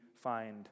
find